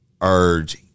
urge